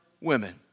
women